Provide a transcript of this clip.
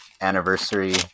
anniversary